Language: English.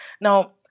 Now